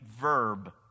verb